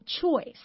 choice